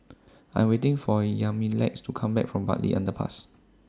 I Am waiting For Yamilex to Come Back from Bartley Underpass